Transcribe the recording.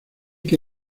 que